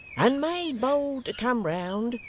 and made bold to come round,